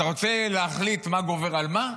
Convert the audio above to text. אתה רוצה להחליט מה גובר על מה?